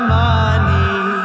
money